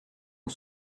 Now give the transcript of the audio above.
aux